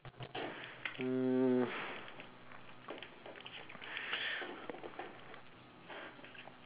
mm